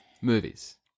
movies